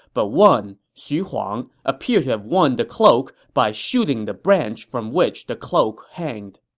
but one, xu huang, appeared to have won the cloak by shooting the branch from which the cloak hanged.